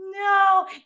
No